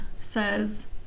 says